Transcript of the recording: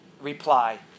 reply